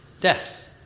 death